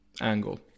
angle